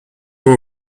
were